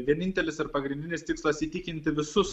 vienintelis ir pagrindinis tikslas įtikinti visus